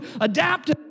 adapt